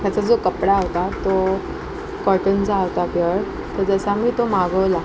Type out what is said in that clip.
त्याचा जो कपडा होता तो कॉटनचा होता प्यूअर तर जसा मी तो मागवला